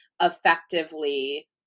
effectively